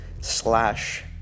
slash